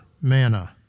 manna